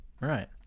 Right